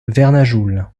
vernajoul